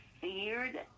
feared